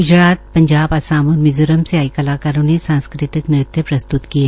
ग्जरात पंजाब आसाम और मिज़ोरम से आए कलाकारों ने सांस्कृतिक नृत्य प्रस्त्त किए